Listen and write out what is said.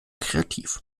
kreativ